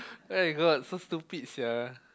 [oh]-my-god so stupid sia